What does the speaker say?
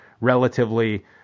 relatively